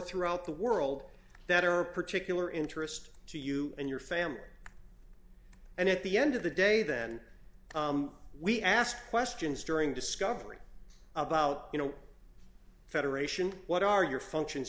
throughout the world that are of particular interest to you and your family and at the end of the day then we ask questions during discovery about you know federation what are your functions